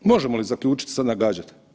Možemo li zaključiti i sad nagađat?